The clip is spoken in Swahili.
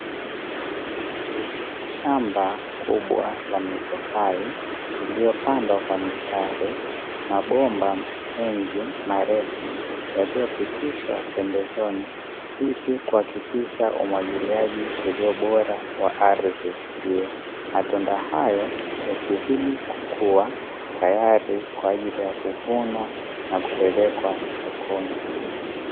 Shamba kubwa la mipapai iliyopandwa kwa mistari, mabomba mengi marefu yaliyopitishwa pembezoni, ili kuhakikisha umwagiliaji uliobora wa ardhi hiyo, matunda hayo yakizidi kukua, tayari kwa ajili ya kuvunwa na kupelekwa sokoni.